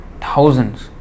thousands